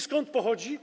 Skąd pochodzi?